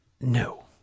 No